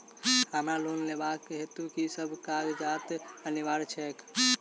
हमरा लोन लेबाक हेतु की सब कागजात अनिवार्य छैक?